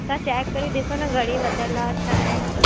तव्हां चैक करे ॾिसो न घणी वधियल आहे छा आहे